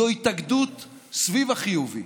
זו התאגדות סביב החיובי,